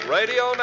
Radio